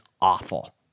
awful